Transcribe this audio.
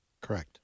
Correct